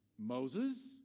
Moses